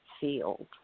field